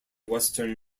western